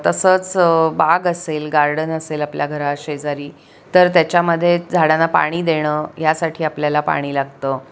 तसंच बाग असेल गार्डन असेल आपल्या घरा शेजारी तर त्याच्यामधे झाडांना पाणी देणं ह्यासाठी आपल्याला पाणी लागतं